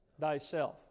thyself